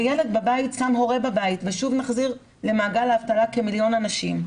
וילד בבית שם הורה בבית ושוב מחזיר למעגל האבטלה כמיליון אנשים.